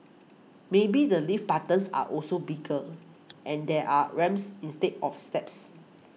maybe the lift buttons are also bigger and there are ramps instead of steps